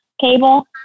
cable